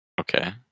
Okay